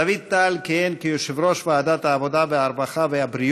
דוד טל טויטו, יליד 1950, היה חבר בארבע כנסות: